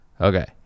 Okay